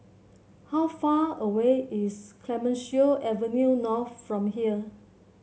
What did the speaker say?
how far away is Clemenceau Avenue North from here